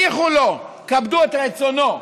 הניחו לו, כבדו את רצונו.